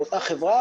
באותה חברה.